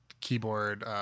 keyboard